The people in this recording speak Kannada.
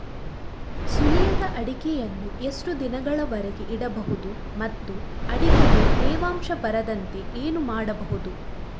ಸುಲಿಯದ ಅಡಿಕೆಯನ್ನು ಎಷ್ಟು ದಿನಗಳವರೆಗೆ ಇಡಬಹುದು ಮತ್ತು ಅಡಿಕೆಗೆ ತೇವಾಂಶ ಬರದಂತೆ ಏನು ಮಾಡಬಹುದು?